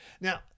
Now